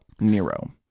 Nero